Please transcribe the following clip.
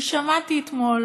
כי שמעתי אתמול